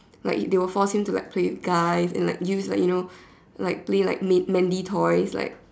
like they will force him to play with guys and use like you know play like manly toys like